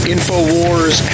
InfoWars